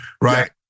Right